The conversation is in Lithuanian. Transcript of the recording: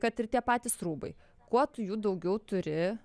kad ir tie patys rūbai kuo tu jų daugiau turi